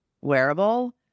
wearable